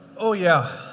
oh yeah.